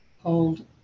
hold